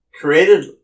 created